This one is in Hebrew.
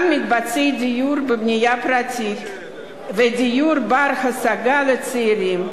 גם מקבצי דיור בבנייה פרטית ודיור בר-השגה לצעירים.